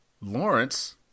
Lawrence